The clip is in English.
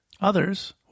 Others